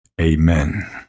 Amen